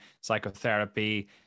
psychotherapy